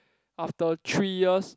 after three years